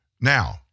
Now